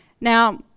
Now